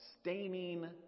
staining